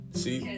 see